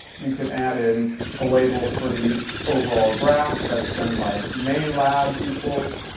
you could add in a label for the overall graph that's done by main lab equals